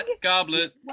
goblet